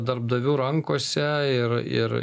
darbdavių rankose ir ir